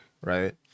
right